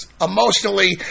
emotionally